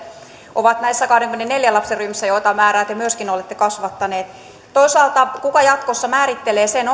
ovat näissä kahdenkymmenenneljän lapsen ryhmissä jota määrää te myöskin olette kasvattaneet toisaalta kuka jatkossa määrittelee sen